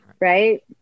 Right